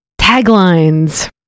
Taglines